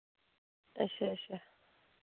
अच्छा अच्छा